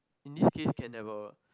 in this case can never